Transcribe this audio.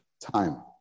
time